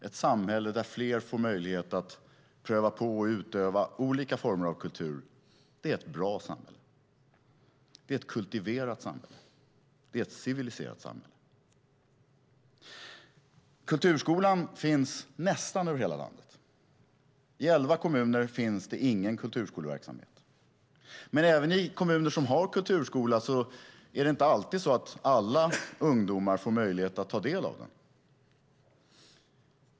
Ett samhälle där fler får möjlighet att pröva på och utöva olika former av kultur är ett bra samhälle. Det är ett kultiverat samhälle. Det är ett civiliserat samhälle. Kulturskolan finns över nästan hela landet. I elva kommuner finns det ingen kulturskoleverksamhet. Men även i kommuner som har kulturskola är det inte alltid så att alla ungdomar får möjlighet att ta del av den.